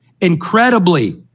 Incredibly